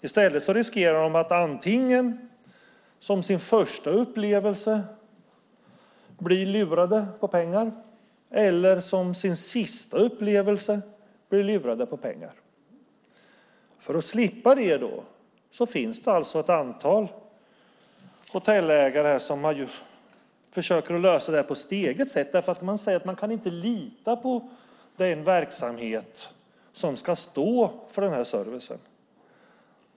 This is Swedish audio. I stället riskerar de att som antingen sin första eller sin sista upplevelse bli lurade på pengar. För att slippa detta finns det alltså ett antal hotellägare som försöker lösa det på eget sätt. De säger att man inte kan lita på den verksamhet som ska stå för den här servicen.